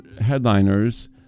headliners